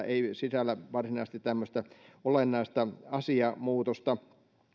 ei sisällä varsinaisesti tämmöistä olennaista asiamuutosta